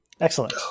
Excellent